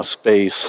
space